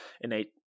innate